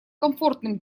комфортным